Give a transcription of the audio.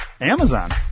Amazon